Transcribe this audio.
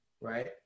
Right